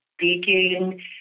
speaking